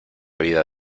vida